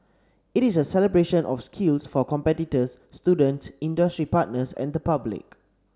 it is a celebration of skills for competitors students industry partners and the public